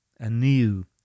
anew